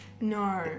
No